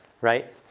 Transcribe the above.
right